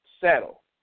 settle